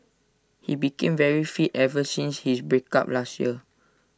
he became very fit ever since his break up last year